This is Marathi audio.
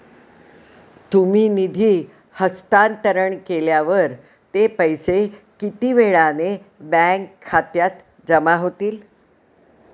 तुम्ही निधी हस्तांतरण केल्यावर ते पैसे किती वेळाने बँक खात्यात जमा होतील?